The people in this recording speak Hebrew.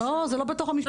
זה לא בתוך המשפחה.